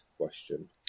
question